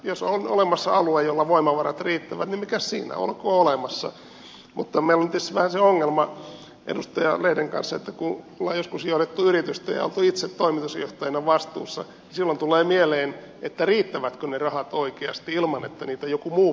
jos on olemassa alue jolla voimavarat riittävät niin mikäs siinä olkoon olemassa mutta meillä on tietysti vähän se ongelma edustaja lehden kanssa että kun olemme joskus johtaneet yritystä ja olleet itse toimitusjohtajina vastuussa niin silloin tulee mieleen että riittävätkö ne rahat oikeasti ilman että joku muu pitää huolta siitä